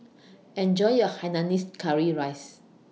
Enjoy your Hainanese Curry Rice